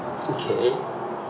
okay